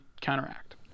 counteract